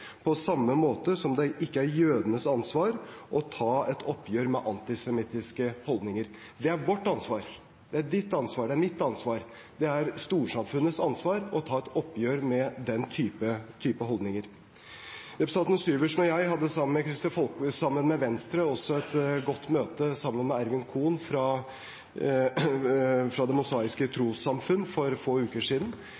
på samme måte som det ikke er jødenes ansvar å ta et oppgjør med antisemittiske holdninger. Det er vårt ansvar. Det er ditt ansvar. Det er mitt ansvar. Det er storsamfunnets ansvar å ta et oppgjør med den type holdninger. Representanten Syversen og jeg hadde sammen med Venstre også et godt møte med Ervin Kohn fra Det Mosaiske Trossamfunn for bare få uker siden,